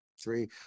Three